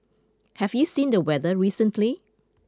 have you seen the weather recently